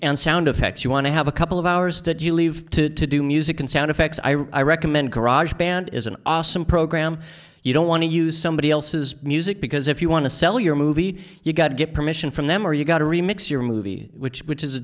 and sound effect you want to have a couple of hours that you leave to to do music and sound effects i recommend garage band is an awesome program you don't want to use somebody else's music because if you want to sell your movie you've got to get permission from them or you got to remakes your movie which which is a